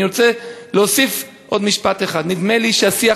אני רוצה להוסיף עוד משפט אחד: נדמה לי שהשיח